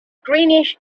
greenish